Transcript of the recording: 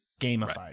gamified